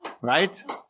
Right